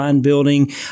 building